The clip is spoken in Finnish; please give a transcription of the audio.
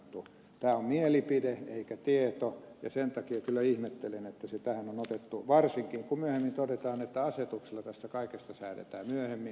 tämä on mielipide eikä tieto ja sen takia kyllä ihmettelen että se tähän on otettu varsinkin kun myöhemmin todetaan että asetuksella tästä kaikesta säädetään myöhemmin